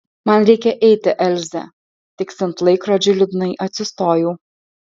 man reikia eiti elze tiksint laikrodžiui liūdnai atsistojau